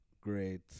great